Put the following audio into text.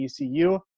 ECU